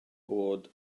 bod